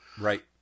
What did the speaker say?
Right